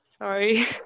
Sorry